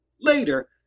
later